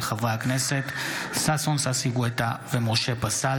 של חברי הכנסת ששון ששי גואטה ומשה פסל.